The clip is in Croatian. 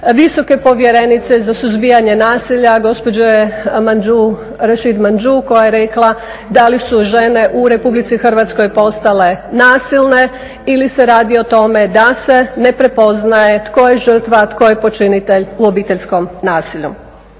visoke povjerenice za suzbijanje nasilja gospođe Manju, Rashid Manju koja je rekla da li su žene u Republici Hrvatskoj postale nasilne ili se radi o tome da se ne prepoznaje tko je žrtva, a tko je počinitelj u obiteljskom nasilju.